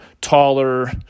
taller